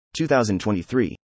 2023